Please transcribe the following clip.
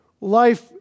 life